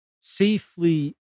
safely